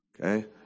okay